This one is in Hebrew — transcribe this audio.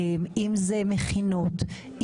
אם זה מכינות.